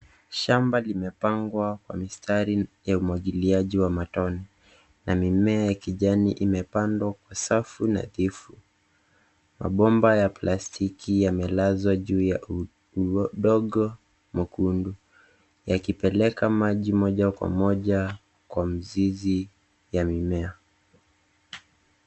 Shamba limepangwa kwa mistari ya umwagiliaji wa matone na mimea ya kijani imepandwa kwa safu nadhifu. Mabomba ya plastiki yamelazwa juu ya udongo mwekundu, yakipeleka maji moja kwa moja kwa mzizi ya mimea.